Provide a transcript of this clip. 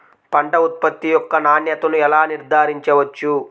పంట ఉత్పత్తి యొక్క నాణ్యతను ఎలా నిర్ధారించవచ్చు?